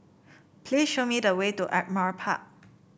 please show me the way to Ardmore Park